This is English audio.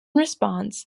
response